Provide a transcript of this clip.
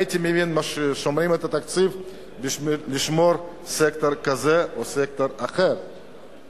הייתי מבין ששומרים את התקציב בשביל לשמור סקטור כזה או סקטור אחר,